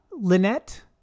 Lynette